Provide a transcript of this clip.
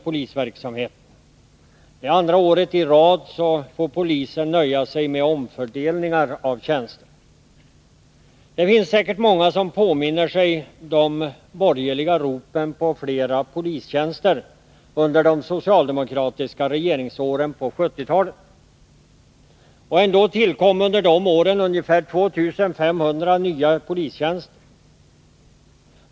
Det är andra året i rad som polisen får nöja sig med omfördelning av tjänster. Det finns säkert många som påminner sig de borgerliga ropen på fler polistjänster under de socialdemokratiska regeringsåren på 1970-talet. Ändå tillkom under de åren ungefär 2 500 nya polistjänster.